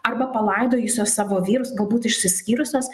arba palaidojusios savo vyrus galbūt išsiskyrusios